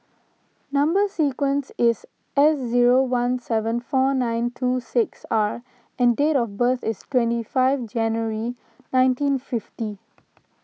Number Sequence is S zero one seven four nine two six R and date of birth is twenty five January nineteen fifty